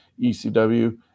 ECW